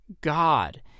god